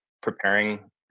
preparing